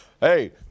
Hey